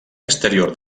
exterior